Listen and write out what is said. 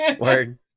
Word